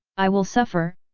i will suffer,